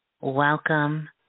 Welcome